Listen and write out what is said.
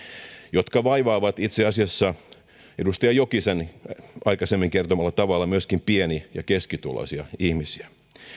jotka vaivaavat itse asiassa edustaja jokisen aikaisemmin kertomalla tavalla myöskin pieni ja keskituloisia ihmisiä